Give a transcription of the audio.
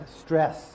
stress